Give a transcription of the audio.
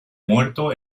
muerto